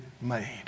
made